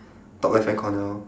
top left hand corner